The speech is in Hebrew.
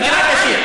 את יודעת את זה,